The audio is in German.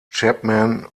chapman